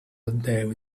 they